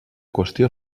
qüestió